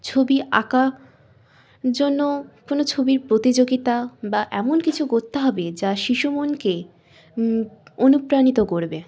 ছবি আঁকার জন্য কোনো ছবির প্রতিযোগিতা বা এমন কিছু করতে হবে যা শিশু মনকে অনুপ্রাণিত করবে